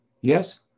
Yes